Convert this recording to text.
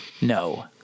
No